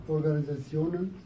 Organisationen